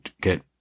get